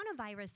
coronavirus